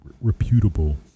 reputable